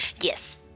Yes